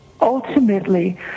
Ultimately